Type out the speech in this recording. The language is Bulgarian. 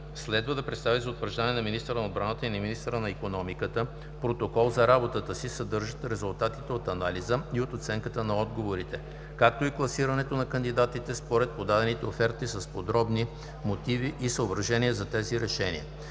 следва да представи за утвърждаване на министъра на отбраната и на министъра на икономиката протокол за работата си, съдържащ резултатите от анализа и от оценката на отговорите, както и класирането на кандидатите според подадените оферти с подробни мотиви и съображения за тези решения.